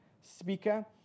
speaker